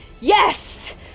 yes